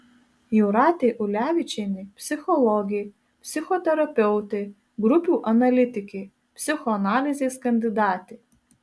jūratė ulevičienė psichologė psichoterapeutė grupių analitikė psichoanalizės kandidatė